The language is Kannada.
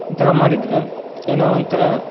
ಈ ಥರ ಮಾಡಿದರೆ ಏನೋ ಒಂಥರ